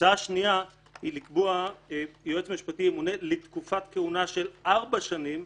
הצעה שנייה היא לקבוע שיועץ משפטי ימונה לתקופת כהונה של ארבע שנים,